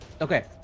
Okay